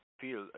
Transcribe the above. feel